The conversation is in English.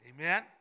Amen